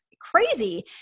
crazy